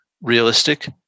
realistic